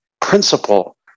principle